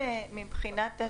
אין מי שיבדוק את זה.